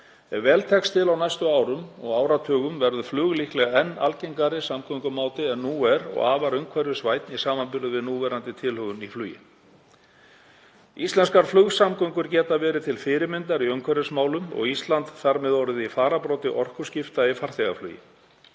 Ef vel tekst til á næstu árum og áratugum verður flug líklega enn algengari samgöngumáti en nú er og afar umhverfisvænn í samanburði við núverandi tilhögun í flugi. Íslenskar flugsamgöngur geta verið til fyrirmyndar í umhverfismálum og Ísland þar með orðið í fararbroddi í orkuskiptum í farþegaflugi.